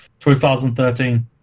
2013